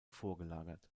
vorgelagert